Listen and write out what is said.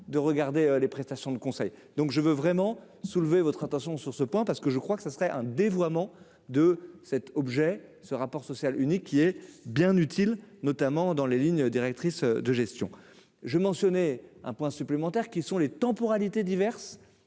de regarder les prestations de conseil, donc je veux vraiment soulever votre attention sur ce point parce que je crois que ce serait un dévoiement de cet objet ce rapport social unique qui est bien utile, notamment dans les lignes directrices de gestion je mentionnais un point supplémentaire qui sont les temporalités diverses